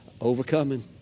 overcoming